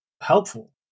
helpful